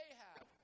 Ahab